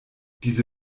diese